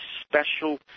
special